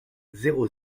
zéro